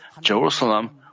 Jerusalem